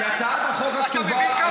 אז הינה הצביעות.